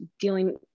dealing